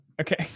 okay